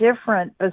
different